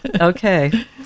okay